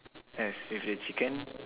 yes with the chicken